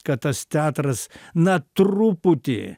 kad tas teatras na truputį